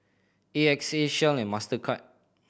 A X A Shell and Mastercard